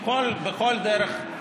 בכל דרך,